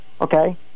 Okay